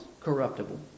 corruptible